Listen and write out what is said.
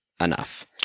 enough